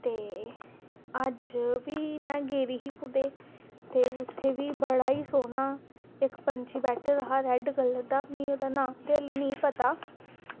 ते अज्ज बी में गेदी ही कुदै ते उत्थें बी बड़ा ई सोह्ना इक पैंछी बैठे दा हा रेड कलर दा मिगी ओह्दा नांऽ निं ते ऐल्ली निं पता